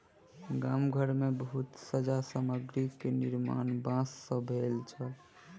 गाम घर मे बहुत सज्जा सामग्री के निर्माण बांस सॅ भेल छल